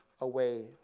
away